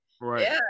Right